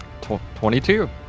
22